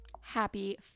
Happy